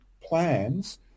plans